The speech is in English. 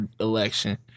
election